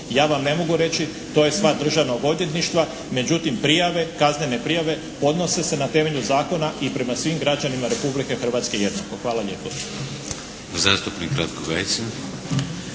ja vam ne mogu reći, to je stvar Državnog odvjetništva. Međutim, prijave, kaznene prijave podnose se na temelju zakona i prema svim građanima Republike Hrvatske jednako. Hvala lijepo.